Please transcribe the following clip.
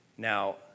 Now